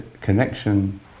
connection